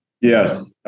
Yes